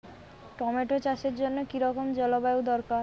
Tomato চাষের জন্য কি রকম জলবায়ু দরকার?